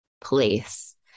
place